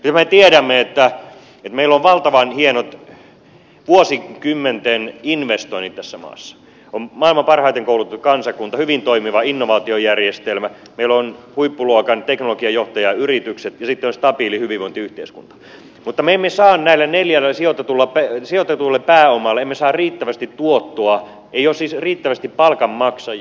me tiedämme että meillä on valtavan hienot vuosikymmenten investoinnit tässä maassa on maailman parhaiten koulutettu kansakunta hyvin toimiva innovaatiojärjestelmä meillä on huippuluokan teknologiajohtajayritykset ja sitten on stabiili hyvinvointiyhteiskunta mutta me emme saa näille neljälle sijoitetulle pääomalle riittävästi tuottoa ei siis ole riittävästi palkanmaksajia